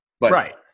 Right